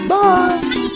Bye